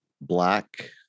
Black